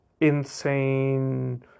insane